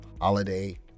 holiday